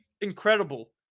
incredible